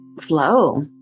flow